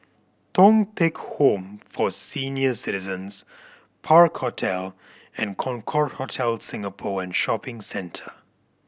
Thong Teck Home for Senior Citizens Park Hotel and Concorde Hotel Singapore and Shopping Centre